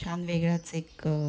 छान वेगळाच एक